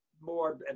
more